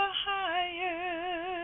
higher